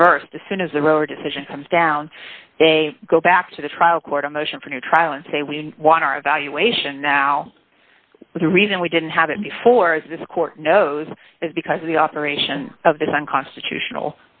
reverse to soon as the road decision comes down they go back to the trial court a motion for a new trial and say we want our evaluation now the reason we didn't have it before this court knows is because of the operation of this unconstitutional